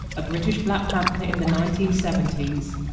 a british black panther in the nineteen seventy s,